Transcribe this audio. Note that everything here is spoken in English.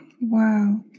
Wow